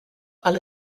are